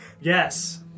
Yes